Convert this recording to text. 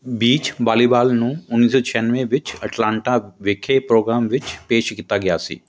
beach volleyball ਨੂੰ ਉੱਨੀ ਸੌ ਛਿਆਨਵੇਂ ਵਿੱਚ ਐਟਲਾਂਟਾ ਵਿੱਖੇ ਪ੍ਰੋਗਰਾਮ ਵਿੱਚ ਪੇਸ਼ ਕੀਤਾ ਗਿਆ ਸੀ